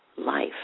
life